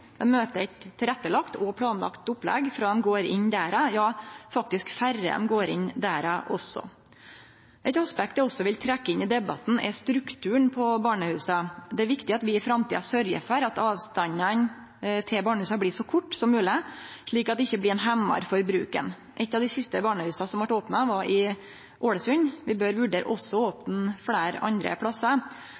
Dei møter eit tilrettelagt og planlagt opplegg frå dei går inn døra, faktisk også før dei går inn døra. Eit aspekt eg også vil trekkje inn i debatten, er strukturen på barnehusa. Det er viktig at vi i framtida sørgjer for at avstanden til barnehusa blir så kort som mogleg, slik at det ikkje blir ei hemjing for bruken. Eit av dei siste barnehusa som vart opna, er i Ålesund. Vi bør vurdere å opne fleire, andre